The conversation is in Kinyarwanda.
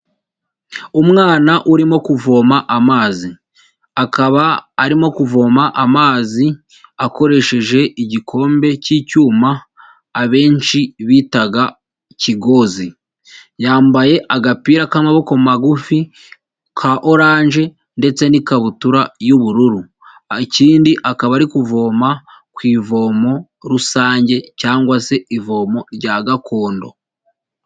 Umwana urimo kuvoma amazi, akaba arimo kuvoma amazi akoresheje igikombe cy'icyuma abenshi bitaga ikigozi. Yambaye agapira k'amaboko magufi ka oranje ndetse n'ikabutura y'ubururu. Ikindi akaba ari kuvoma ku ivomo rusange cyangwa se ivomo rya gakondo.